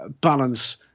balance